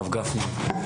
הרב גפני.